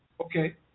okay